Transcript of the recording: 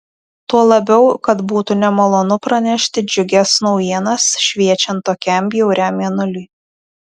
tuo labiau kad būtų nemalonu pranešti džiugias naujienas šviečiant tokiam bjauriam mėnuliui